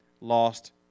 lost